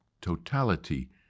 totality